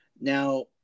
Now